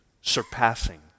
surpassing